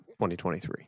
2023